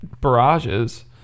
barrages